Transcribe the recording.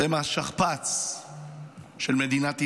אתם השכפ"ץ של מדינת ישראל,